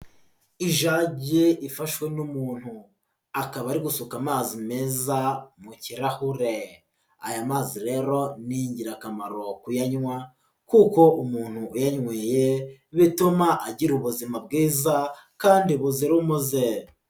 Ijage ifashwe n'umuntu, akaba ari gushuka amazi meza mu kirahure, aya mazi rero ni ingirakamaro kuyanywa kuko umuntu uyanyweye bituma agira ubuzima bwiza kandi buzira umuze.